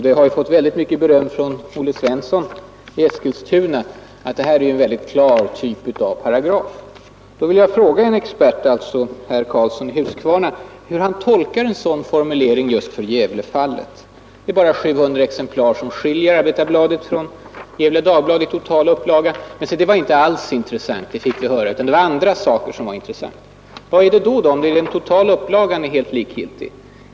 Detta har fått stort beröm från Olle Svensson i Eskilstuna, som anser att det här är en väldigt klar typ av paragraf. Då vill jag fråga en expert, alltså herr Karlsson i Huskvarna, hur han tolkar en sådan formulering just för Gävlefallet. Det är bara 700 exemplar som skiljer Arbetarbladet från Gefle Dagblad i totalupplaga. Men se, det var inte alls intressant, fick vi höra, utan det var andra saker som var intressanta. Vad är det då som är viktigt, om den totala upplagan är helt likgiltig?